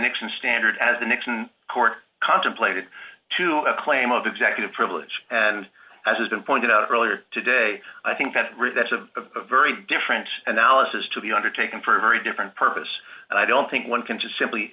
nixon standard as the nixon court contemplated to a claim of executive privilege and as has been pointed out earlier today i think that that's a very different analysis to be undertaken for a very different purpose and i don't think one can just simply